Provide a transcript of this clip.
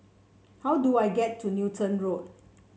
how do I get to Newton Road